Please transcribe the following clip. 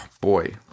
boy